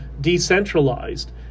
decentralized